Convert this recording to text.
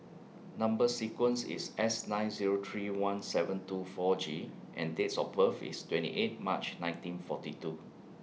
Number sequence IS S nine Zero three one seven two four G and Dates of birth IS twenty eight March nineteen forty two